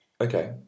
Okay